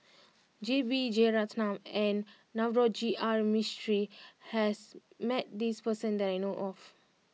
J B Jeyaretnam and Navroji R Mistri has met this person that I know of